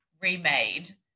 remade